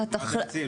מה אתם מציעים?